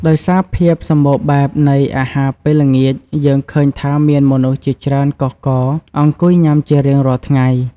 ដោយសារភាពសម្បូរបែបនៃអាហារពេលល្ងាច យើងឃើញថាមានមនុស្សជាច្រើនកុះករអង្គុយញុាំជារៀងរាល់ថ្ងៃ។